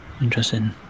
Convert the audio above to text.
interesting